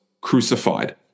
crucified